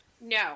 no